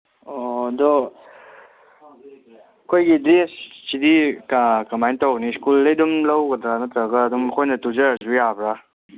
ꯑꯣ ꯑꯗꯣ ꯑꯩꯈꯣꯏꯒꯤ ꯗ꯭ꯔꯦꯁꯁꯤꯗꯤ ꯀꯃꯥꯏꯅ ꯇꯧꯅꯤ ꯁ꯭ꯀꯨꯜꯗꯒꯤ ꯑꯗꯨꯝ ꯂꯧꯒꯗ꯭ꯔꯥ ꯅꯠꯇ꯭ꯔꯒ ꯑꯗꯨꯝ ꯑꯩꯈꯣꯏꯅ ꯇꯨꯖꯔꯁꯨ ꯌꯥꯕ꯭ꯔꯥ